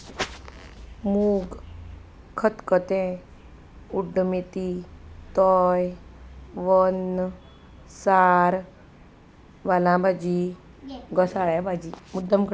मूग खतखतें उड्ड मेथी तोय वन्न सार वालां भाजी घोसाळ्या भाजी मुद्दम करता